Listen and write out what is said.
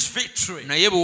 victory